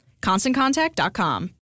ConstantContact.com